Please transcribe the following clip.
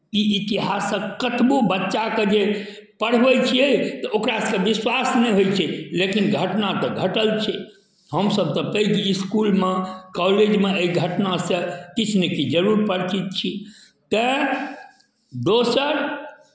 ई इतिहासक कतबो बच्चाकेँ जे पढ़बै छियै तऽ ओकरासभकेँ विश्वास नहि होइत छै लेकिन घटना तऽ घटल छै हमसभ तऽ ताहि इसकुलमे कॉलेजमे एहि घटना ने से किछुने किछु जरूर परिचित छी तैँ दोसर